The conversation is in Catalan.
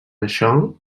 això